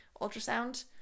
ultrasound